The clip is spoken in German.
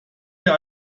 wir